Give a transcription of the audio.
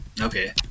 Okay